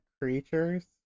creatures